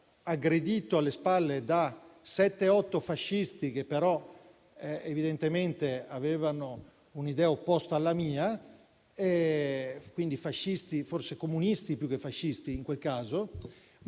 aggredito alle spalle da sette-otto fascisti, che però evidentemente avevano un'idea opposta alla mia, quindi forse erano comunisti, più che fascisti, in quel caso.